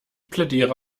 plädiere